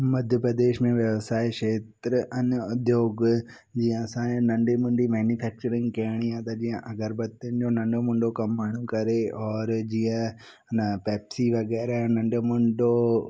मध्य प्रदेश में व्यवसाय क्षेत्र अन्य उद्योग जीअं असांजे नंढी मुंढी मेनुफेक्चरिंग करिणी आहे त जीअं अगरबतियुनि जो नंढो मुंढो कमु माण्हू करे और जीअं हुन पेप्सी वग़ैरह नंढो मुंढो